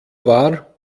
war